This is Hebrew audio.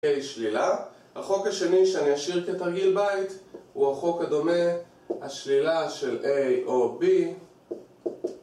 .. חוקי שלילה.. החוק השני שאני אשאיר כתרגיל בית הוא החוק הדומה.. השלילה של A או B